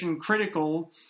critical